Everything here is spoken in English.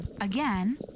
again